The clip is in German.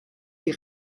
die